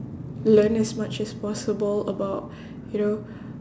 learn as much as possible about you know